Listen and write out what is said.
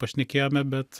pašnekėjome bet